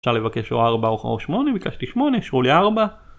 אפשר לבקש או 4 או 8, ביקשתי 8, ישרו לי 4.